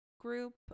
group